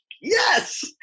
yes